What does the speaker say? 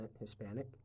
Hispanic